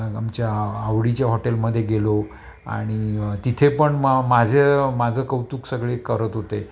आमच्या आवडीच्या हॉटेलमध्ये गेलो आणि तिथे पण म माझं माझं कौतुक सगळे करत होते